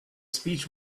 speech